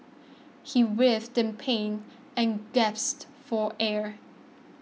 he writhed in pain and gasped for air